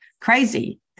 crazy